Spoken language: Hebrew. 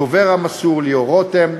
הדובר המסור ליאור רותם,